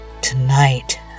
Tonight